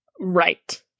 Right